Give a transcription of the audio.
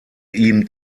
ihm